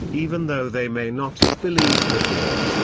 even though they may not have believed before.